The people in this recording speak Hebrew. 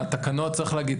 התקנות צריך להגיד,